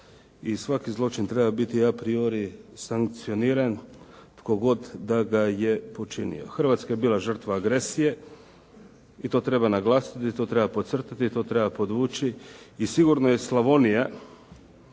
I svaki zločin treba biti a priori sankcioniran tko god da ga je počinio. Hrvatska je bila žrtva agresije i to treba naglasiti i to treba podcrtati i to treba podvući i sigurno je Slavonija